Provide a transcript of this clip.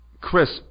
Chris